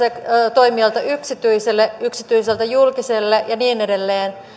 toimijalta yksityiselle yksityiseltä julkiselle ja niin edelleen